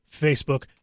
Facebook